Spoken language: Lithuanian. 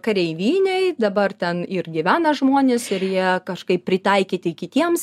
kareivinei dabar ten ir gyvena žmonės ir jie kažkaip pritaikyti kitiems